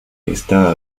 está